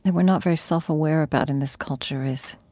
and we're not very self-aware about in this culture is